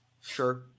Sure